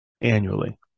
annually